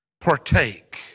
partake